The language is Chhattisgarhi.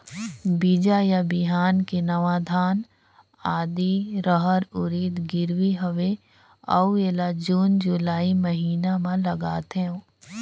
बीजा या बिहान के नवा धान, आदी, रहर, उरीद गिरवी हवे अउ एला जून जुलाई महीना म लगाथेव?